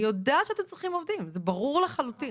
אני יודעת שאתם צריכים עובדים - זה ברור לחלוטין.